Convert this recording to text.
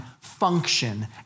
function